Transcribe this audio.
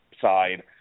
side